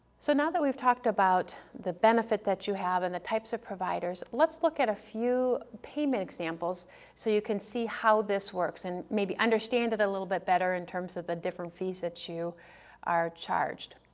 so now that we've talked about the benefit that you have and the types of providers, let's look at a few payment examples so you can see how this works and maybe understand it a little bit better in terms of the different fees that you are charged.